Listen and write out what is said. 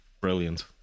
brilliant